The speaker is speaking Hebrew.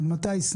עד מתי?